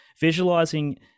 visualizing